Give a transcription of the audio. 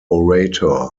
orator